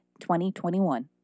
2021